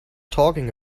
talking